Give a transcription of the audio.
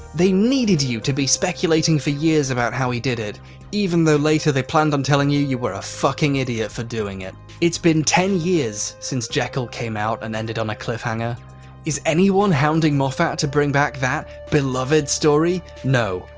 they needed you to be speculating for years about how he did it even though later they planned on telling you, you were a fucking idiot for doing it. it's been ten years since jekyll came out and ended on a cliffhanger is anyone hounding moffat to bring back that beloved story? no.